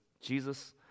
Jesus